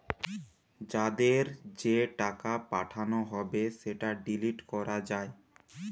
যাদের যে টাকা পাঠানো হবে সেটা ডিলিট করা যায়